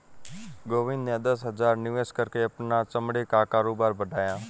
गोविंद ने दस हजार निवेश करके अपना चमड़े का कारोबार बढ़ाया